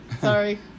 Sorry